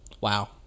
Wow